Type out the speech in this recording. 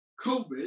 COVID